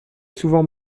souvent